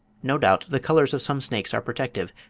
no doubt the colours of some snakes are protective,